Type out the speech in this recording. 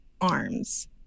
arms